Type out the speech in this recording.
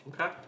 Okay